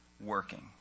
working